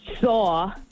saw